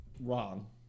Wrong